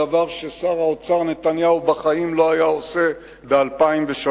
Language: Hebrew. דבר ששר האוצר נתניהו בחיים לא היה עושה ב-2003.